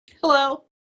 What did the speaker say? Hello